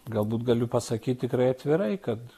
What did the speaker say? galbūt galiu pasakyt tikrai atvirai kad